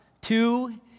two